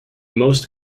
most